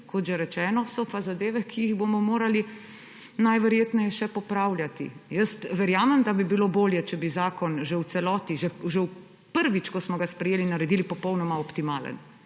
Kot že rečeno, so pa zadeve, ki jih bomo morali najverjetneje še popravljati. Jaz verjamem, da bi bilo bolje, če bi zakon že v celoti, že prvič, ko smo ga sprejeli, naredili popolnoma optimalnega.